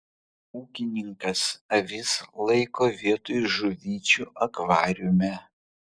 ūkininkas avis laiko vietoj žuvyčių akvariume